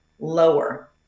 lower